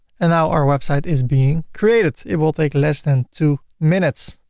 and now our website is being created. it will take less than two minutes.